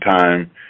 time